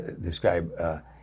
describe